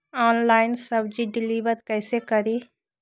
Online सब्जी deliver कैसे करें?